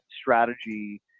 strategy